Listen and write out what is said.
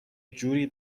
جوری